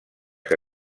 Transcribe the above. que